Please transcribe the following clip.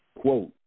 Quote